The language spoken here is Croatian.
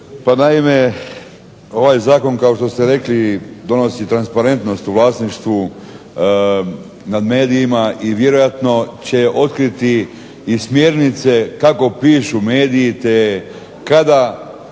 pa naime ovaj Zakon kao što ste rekli donosi transparentnost u vlasništvu nad medijima i vjerojatno će otkriti i smjernice kako pišu mediji, te kada